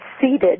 seated